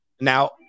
Now